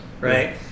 right